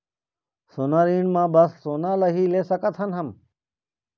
सोना ऋण मा बस सोना ला ही ले सकत हन हम?